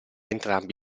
entrambi